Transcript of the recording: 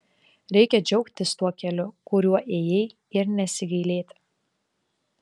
reikia džiaugtis tuo keliu kuriuo ėjai ir nesigailėti